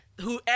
Whoever